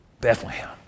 Bethlehem